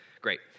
great